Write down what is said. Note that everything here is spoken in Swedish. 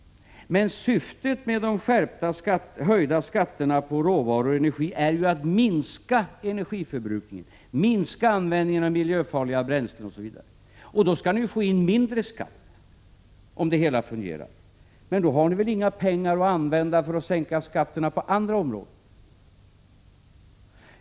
Men syftet med de höjda skatterna på råvaror och energi är ju att minska energiförbrukningen, minska användningen av miljöfarliga bränslen osv. Då skall ni ju få in mindre skatt, om det hela fungerar. Men då har ni väl inga pengar att använda för att sänka skatterna på andra områden!